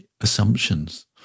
assumptions